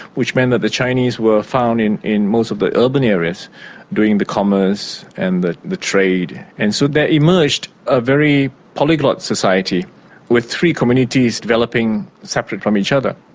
which meant that the chinese were found in in most of the urban areas doing the commerce and the the trade, and so there emerged a very polyglot society with three communities developing separate from each other.